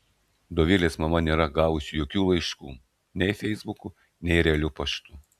dovilės mama nėra gavusi jokių laiškų nei feisbuku nei realiu paštu